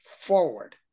forward